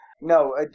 No